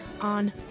on